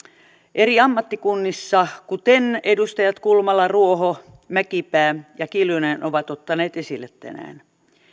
eri ammattikunnissa kuten edustajat kulmala ruoho mäkipää ja kiljunen ovat ottaneet esille tänään